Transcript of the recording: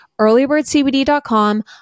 Earlybirdcbd.com